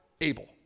able